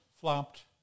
flopped